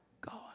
God